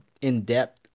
in-depth